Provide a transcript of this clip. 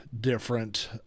different